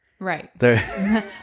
Right